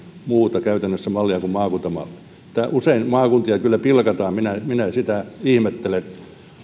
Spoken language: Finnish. muuta mallia kuin maakuntamalli usein maakuntia kyllä pilkataan ja minä sitä ihmettelen